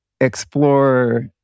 explore